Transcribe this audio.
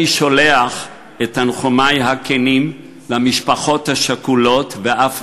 אני שולח את תנחומי הכנים למשפחות השכולות ואף